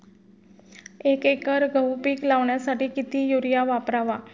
एक एकर गहू पीक लावण्यासाठी किती युरिया वापरावा?